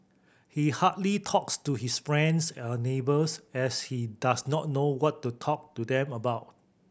he hardly talks to his friends or neighbours as he does not know what to talk to them about